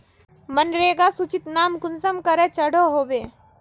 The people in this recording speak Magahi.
मनरेगा सूचित नाम कुंसम करे चढ़ो होबे?